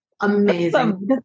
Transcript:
amazing